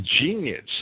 genius